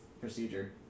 procedure